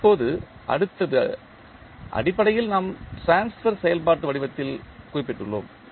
இப்போது அடுத்தது அடிப்படையில் நாம் ட்ரான்ஸ்பர் செயல்பாடு வடிவத்தில் குறிப்பிட்டுள்ளோம்